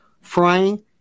frying